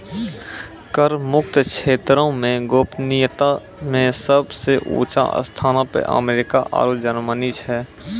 कर मुक्त क्षेत्रो मे गोपनीयता मे सभ से ऊंचो स्थानो पे अमेरिका आरु जर्मनी छै